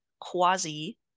quasi